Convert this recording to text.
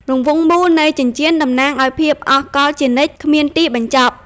រង្វង់មូលនៃចិញ្ចៀនតំណាងឱ្យភាពអស់កល្បជានិច្ច គ្មានទីបញ្ចប់។